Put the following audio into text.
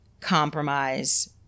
compromise